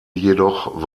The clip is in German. jedoch